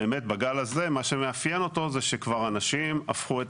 באמת בגל הזה מה שמאפיין אותו זה שכבר אנשים הפכו את